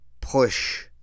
push